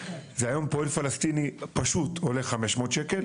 היום פועל פלסטיני פשוט עולה 500 שקלים,